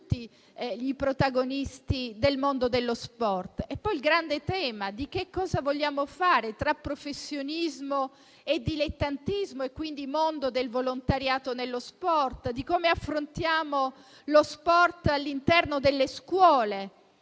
vi è il grande tema di che cosa vogliamo fare, tra professionismo e dilettantismo, rispetto al mondo del volontariato nello sport, di come affrontare lo sport all'interno delle scuole.